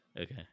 Okay